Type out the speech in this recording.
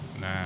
Nah